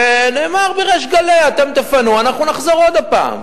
ונאמר בריש גלי: אתם תפנו, אנחנו נחזור עוד פעם.